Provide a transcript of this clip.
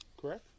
correct